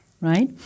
Right